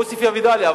עוספיא ודאליה.